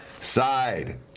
Side